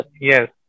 Yes